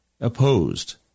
opposed